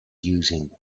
using